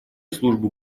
службу